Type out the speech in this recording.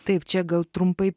taip čia gal trumpai